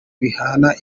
bihana